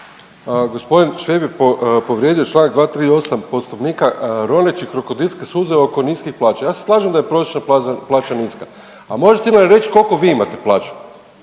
Gospodin Šveb je povrijedio Članak 238. Poslovnika roneći krokodilske suze oko niskim plaća. Ja se slažem da je prosječna plaća niska, a možete li mi reći koliko vi imate plaću?